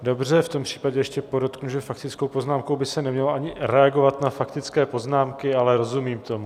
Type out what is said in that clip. Dobře, v tom případě ještě podotknu, že faktickou poznámkou by se nemělo reagovat ani na faktické poznámky, ale rozumím tomu.